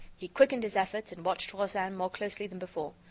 he quickened his efforts and watched rozaine more closely than before.